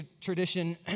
tradition